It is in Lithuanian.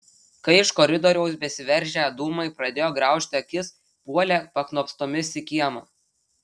kai iš koridoriaus besiveržią dūmai pradėjo graužti akis puolė paknopstomis į kiemą